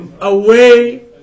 away